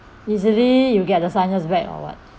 easily you get the sinus back or what